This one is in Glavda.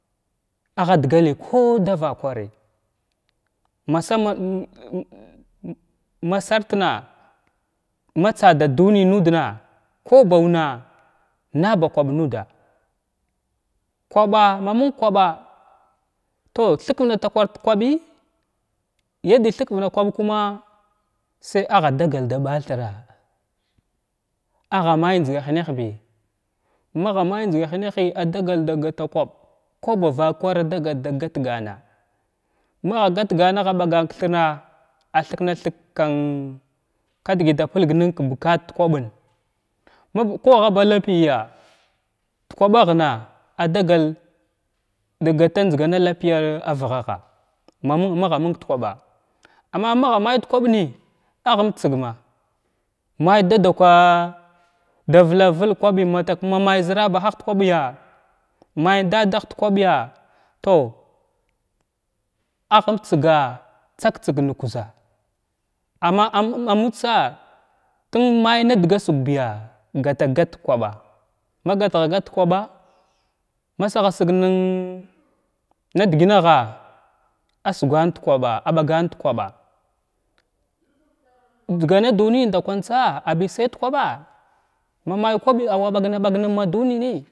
Agha dagalhy ku davakwari masaman am am masartina matsada dunin nudna kaw baw na naba kwaɓ nuda kwaba’a ma məng kwaɓa tow thikvnay takwar kwabi yada thikvna kwaɓkana say agha dagal da bathira agha may njzga hənah bi magha may njzga hənahi adagal da gata kwaɓ kaba vakwar a dagal da gat gana magha gatghn agha bagan k-thira a thikna-thin kan kadəgət da pilgnən da bukat ka kwaɓən ma kugha bu lapiya da kwaɓaghna adagal dagata njzagama lapiya a avghagha maməng magha məng da kwaɓa amma magha may da kwaɓən agha umtsəgma may dada kwa du vlak vəlg ka kwabi ma tak may dadah da kwaɓya tow agha umtsaga tsag-tsag na kuza amma am ammadtsa tun may nada ga sagya gətəgatg ka kwaɓa ma gatgha gata ka kwaɓa masaha sig nən nədəgngha asgwan da kwaɓa a ɓagan da kwaɓa njzgana duniyən ndakwantsa abi say da kaɓa ma may kwaɓi aw wa bagneby nən maduni nəy’